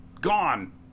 Gone